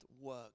work